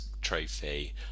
trophy